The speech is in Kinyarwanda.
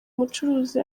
mucuruzi